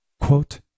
Quote